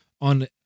on